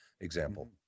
example